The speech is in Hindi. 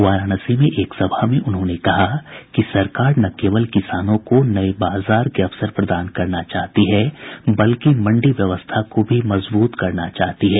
वाराणसी में एक सभा में उन्होंने कहा कि सरकार न केवल किसानों को नए बाजार के अवसर प्रदान करना चाहती है बल्कि मंडी व्यवस्था को भी मजबूत करना चाहती है